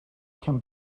can